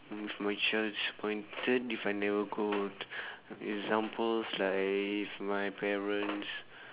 my child disappointed if I never go work examples like if my parents